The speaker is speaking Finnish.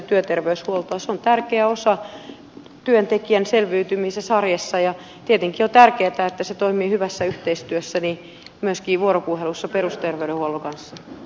se on tärkeä osa työntekijän selviytymistä arjessa ja tietenkin on tärkeätä että se toimii hyvässä yhteistyössä ja myöskin vuoropuhelussa perusterveydenhuollon kanssa